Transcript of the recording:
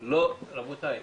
רבותיי,